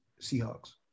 Seahawks